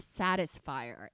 satisfier